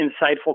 insightful